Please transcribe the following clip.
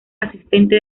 asistente